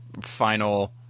final